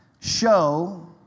show